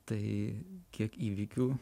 tai kiek įvykių